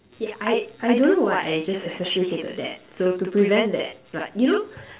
ya I I don't know why I just especially hated that so to prevent that like you know